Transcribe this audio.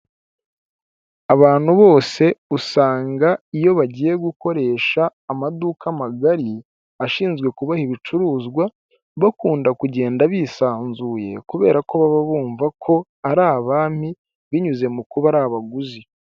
Abantu bose usanga iyo bagiye gukoresha amaduka magari ashinzwe kubaha ibicuruzwa bakunda kugenda bisanzuye kubera ko baba bumva ko ari abami binyuze mu kuba ari abaguzi.